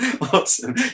awesome